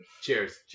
Cheers